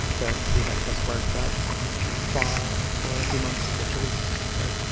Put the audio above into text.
but he had just worked at coi um for a few months, which is like